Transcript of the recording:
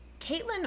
Caitlin